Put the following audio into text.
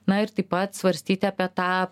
na ir taip pat svarstyti apie tą